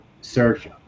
search